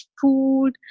food